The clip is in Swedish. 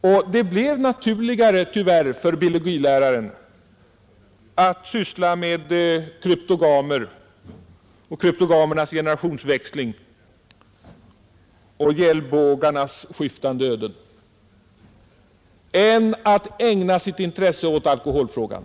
Det blev tyvärr naturligare för biologiläraren att syssla med kryptogamerna och deras generationsväxlingar och med gälbågarnas skiftande öden än att ägna sitt intresse åt alkoholfrågan.